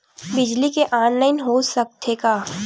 बिजली के ऑनलाइन हो सकथे का?